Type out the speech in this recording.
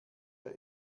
der